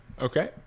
Okay